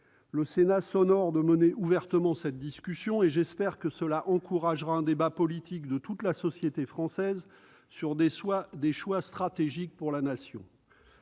Le Sénat s'honore de mener ouvertement cette discussion. J'espère que cela encouragera la tenue d'un débat politique de toute la société française sur des choix stratégiques pour la Nation.